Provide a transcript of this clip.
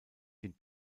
den